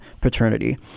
paternity